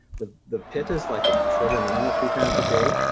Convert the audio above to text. the the pittas like a sort of normal three times a day.